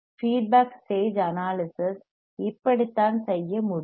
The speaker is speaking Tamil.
ஃபீட்பேக் ஸ்டேஜ் அனாலிசிஸ் இப்படித்தான் செய்ய முடியும்